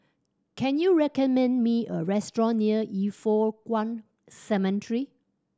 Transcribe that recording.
can you recommend me a restaurant near Yin Foh Kuan Cemetery